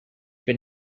been